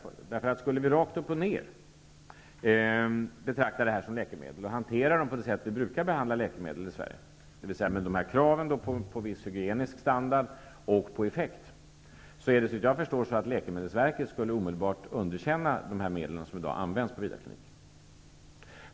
Om vi, så att säga rakt upp och ned, skulle betrakta dessa medel som läkemedel och hantera dem på gängse sätt i Sverige, dvs. med krav på viss hygienisk standard och på effekt, skulle läkemedelsverket, såvitt jag förstår, omedelbart underkänna de medel som i dag används på Vidarkliniken.